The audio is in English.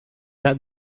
had